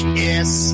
yes